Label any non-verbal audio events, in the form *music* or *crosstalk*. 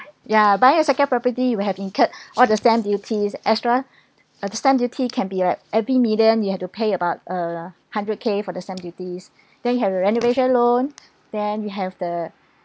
ya buying a second property you will have incurred *breath* all the stamp duties extra *breath* uh the stamp duty can be like every million you have to pay about uh hundred K for the stamp duties *breath* then you have a renovation loan *breath* then you have the